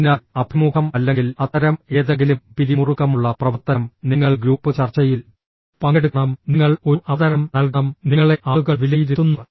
അതിനാൽ അഭിമുഖം അല്ലെങ്കിൽ അത്തരം ഏതെങ്കിലും പിരിമുറുക്കമുള്ള പ്രവർത്തനം നിങ്ങൾ ഗ്രൂപ്പ് ചർച്ചയിൽ പങ്കെടുക്കണം നിങ്ങൾ ഒരു അവതരണം നൽകണം നിങ്ങളെ ആളുകൾ വിലയിരുത്തുന്നു